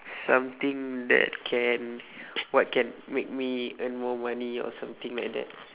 something that can what can make me earn more money or something like that